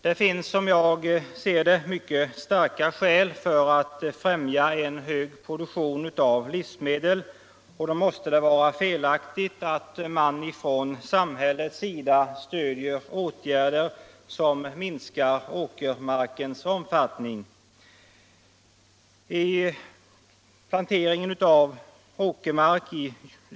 Det finns, som jag ser det, mycket starka skäl för att främja en hög produktion av livsmedel, och då måste det vara felaktigt att man från samhällets sida stödjer åtgärder som minskar åkermarkens omfattning.